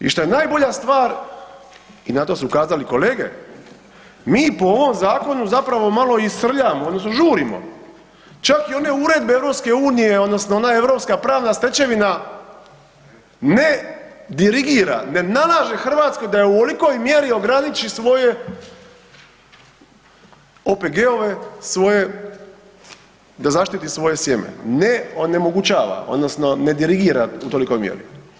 I što je najbolja stvar i na to su ukazali kolege, mi po ovom zakonu zapravo malo i srljamo odnosno žurimo, čak i one uredbe EU-a, odnosno ona europska pravila, stečevina, ne dirigira, ne nalaže da u ovolikoj mjeri ograniči svoje OPG-ove svoje, da zaštiti svoje sjeme, ne onemogućava odnosno ne dirigira u tolikoj mjeri.